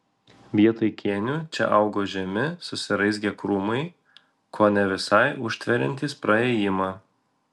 vietoj kėnių čia augo žemi susiraizgę krūmai kone visai užtveriantys praėjimą